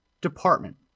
department